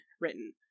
written